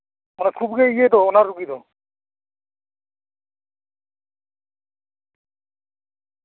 ᱟᱫᱚ ᱠᱷᱩᱵ ᱜᱮ ᱤᱭᱟᱹ ᱫᱚ ᱚᱱᱟ ᱨᱩᱜᱤ ᱫᱚ